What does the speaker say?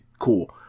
Cool